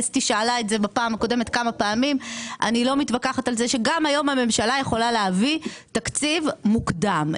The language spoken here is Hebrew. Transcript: אסתי שאלה את זה כמה פעמים בפעם הקודמת להביא תקציב מוקדם.